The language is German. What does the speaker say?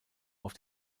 auf